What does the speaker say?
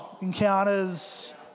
encounters